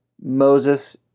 Moses